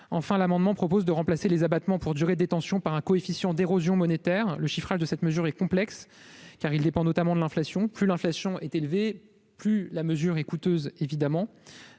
enfin l'amendement propose de remplacer les abattements pour durée détention par un coefficient d'érosion monétaire le chiffrage de cette mesure est complexe, car il dépend notamment de l'inflation, plus l'inflation est élevé, plus la mesure et coûteuse, évidemment,